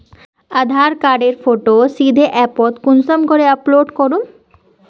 आधार कार्डेर फोटो सीधे ऐपोत कुंसम करे अपलोड करूम?